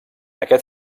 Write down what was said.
aquest